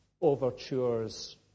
overtures